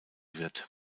wird